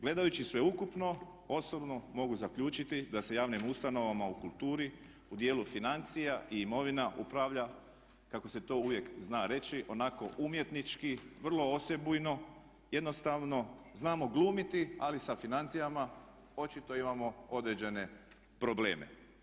Gledajući sveukupno osobno mogu zaključiti da se javnim ustanovama u kulturi u dijelu financija i imovina upravlja kako se to uvijek zna reći onako umjetnički, vrlo osebujno, jednostavno znamo glumiti ali sa financijama očito imamo određene probleme.